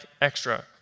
extra